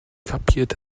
kapiert